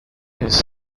his